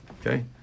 okay